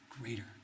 greater